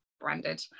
Branded